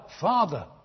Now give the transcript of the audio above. Father